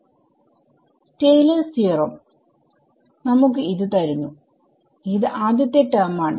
Taylor's theorem Taylors theorem നമുക്ക് ഇത് തരുന്നു ഇത് ആദ്യത്തെ ടെർമ് ആണ്